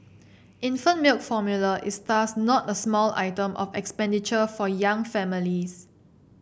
infant milk formula is thus not a small item of expenditure for young families